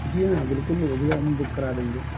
جی ہاں بالکل وہ بھی ہم بک کرا دیں گے